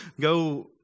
go